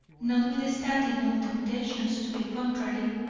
notwithstanding all temptations to the contrary,